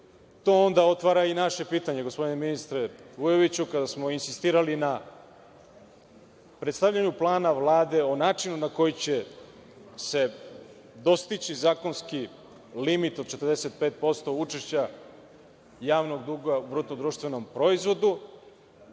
to onda otvara i naše pitanje, gospodine ministre Vujoviću, kada smo insistirali na predstavljanju plana Vlade o načinu na koji će se dostići zakonski limit od 45% učešća javnog duga u BDP, gde ćete vi